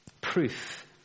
Proof